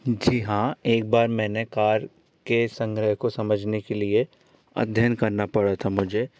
जी हाँ एक बार मैंने कार के संग्रह को समझने के लिए अध्ययन करना पड़ा था मुझे